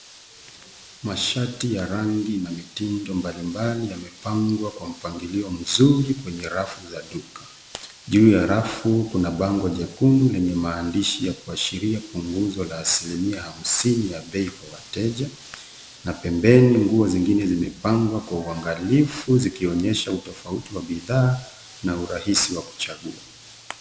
Mashati ya rangi na mitindo mbalimbali yamepangwa kwa mpangilio mzuri kwenye rafu za duka. Juu ya rafu kuna bango jekundu lenye maandishi ya kuashiria punguzo la asilimia hamsini ya bei kwa wateja na pembeni nguo zingine zimepangwa kwa uangalifu zikionyesha utofauti wa bidhaa na urahisi wa kuchagua.